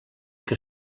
que